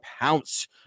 pounce